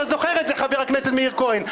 אתה זוכר את זה, חבר הכנסת מאיר כהן?